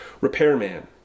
repairman